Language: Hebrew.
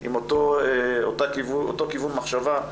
עם אותו כיוון מחשבה,